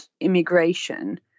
immigration